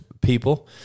people